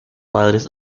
padres